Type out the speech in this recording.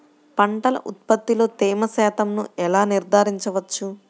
పంటల ఉత్పత్తిలో తేమ శాతంను ఎలా నిర్ధారించవచ్చు?